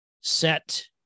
set